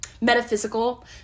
metaphysical